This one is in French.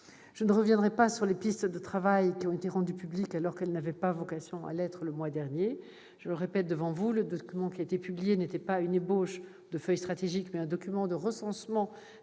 Je ne reviendrai pas sur les pistes de travail qui ont été rendues publiques le mois dernier, alors qu'elles n'avaient pas vocation à l'être. Je le répète devant vous : le document qui a été publié n'était pas une ébauche de feuille stratégique, mais un document de recensement